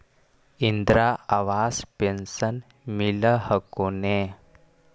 Indira Awas pension मिल हको ने?